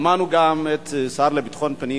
שמענו גם את השר לביטחון פנים,